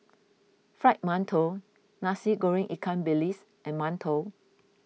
Fried Mantou Nasi Goreng Ikan Bilis and Mantou